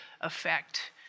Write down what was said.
effect